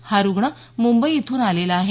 हा रूग्ण मुंबई इथ्रन आलेला आहे